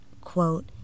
quote